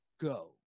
go